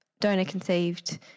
donor-conceived